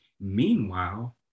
Meanwhile